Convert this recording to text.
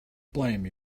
blame